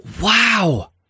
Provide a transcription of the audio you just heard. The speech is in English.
Wow